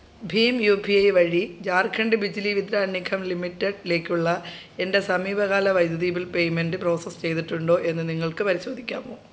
Bhim U P I വഴി Jharkhand Bijli Vitran Nigam limited ലേക്കുള്ള എൻ്റെ സമീപകാല വൈദ്യുതി ബിൽ പേയ്മെൻ്റ് പ്രോസസ്സ് ചെയ്തിട്ടുണ്ടോ എന്ന് നിങ്ങൾക്ക് പരിശോധിക്കാമോ